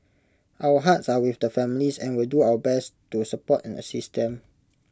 our hearts are with the families and will do our best to support and assist them